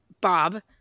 Bob